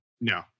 No